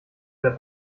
der